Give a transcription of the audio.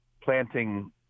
planting